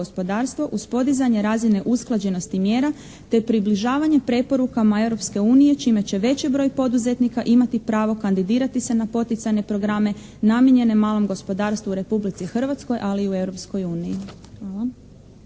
uz podizanje razine usklađenosti mjera te približavanje preporukama Europske unije čime će veći broj poduzetnika imati pravo kandidirati se na poticajne programe namijenjene malom gospodarstvu u Republici Hrvatskoj, ali i u